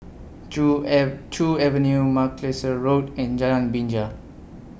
Joo Joo Avenue Macalister Road and Jalan Binja